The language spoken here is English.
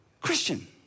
Christian